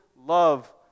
love